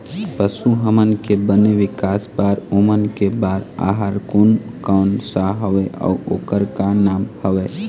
पशु हमन के बने विकास बार ओमन के बार आहार कोन कौन सा हवे अऊ ओकर का नाम हवे?